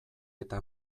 eta